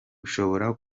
ushobora